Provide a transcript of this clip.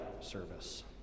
service